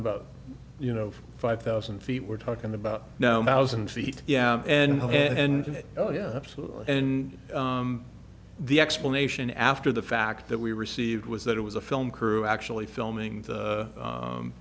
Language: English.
about you know five thousand feet we're talking about now thousand feet and and oh yeah absolutely and the explanation after the fact that we received was that it was a film crew actually filming the